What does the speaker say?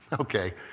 Okay